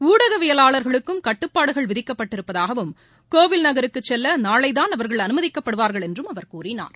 ஊடகவியலாளர்களுக்கும் கட்டுப்பாடுகள் விதிக்கப்பட்டிருப்பதாகவும் கோவில் நகருக்கு நாளைதான் அவர்கள் அனுமதிக்கப்படுவார்கள் என்றும் அவர் கூறினார்